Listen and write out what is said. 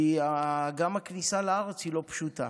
כי גם הכניסה לארץ לא פשוטה.